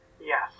Yes